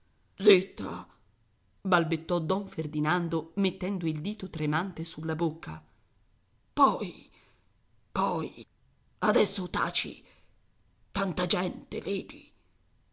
zitta balbettò don ferdinando mettendo il dito tremante sulla bocca poi poi adesso taci tanta gente vedi